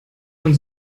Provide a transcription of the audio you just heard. von